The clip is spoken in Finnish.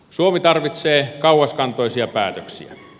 suomi tarvitsee kauaskantoisia päätöksiä